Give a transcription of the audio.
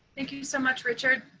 thank you so much, richard.